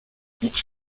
each